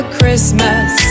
Christmas